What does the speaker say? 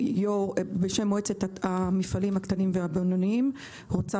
ובשם מועצת המפעלים הקטנים והבינוניים רוצה